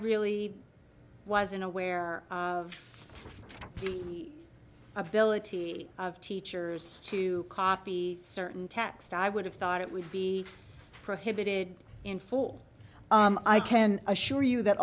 really wasn't aware of the ability of teachers to copy certain text i would have thought it would be prohibited in full i can assure you that